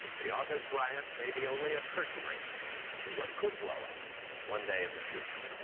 the august riots may be only a curtain raiser to what could blow up one day in the future.